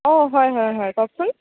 অঁ হয় হয় হয় কওকচোন